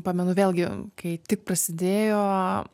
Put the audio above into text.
pamenu vėlgi kai tik prasidėjo